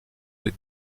que